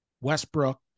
Westbrook